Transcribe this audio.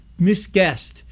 misguessed